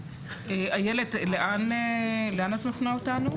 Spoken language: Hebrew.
איילת, לאן את מפנה אותנו?